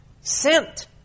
sent